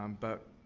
um but,